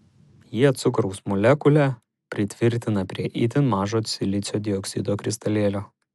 jie cukraus molekulę pritvirtina prie itin mažo silicio dioksido kristalėlio